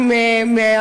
חברי הכנסת,